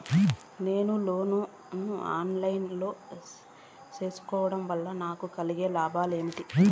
నేను లోను ను online లో సేసుకోవడం వల్ల నాకు కలిగే లాభాలు ఏమేమీ?